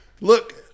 Look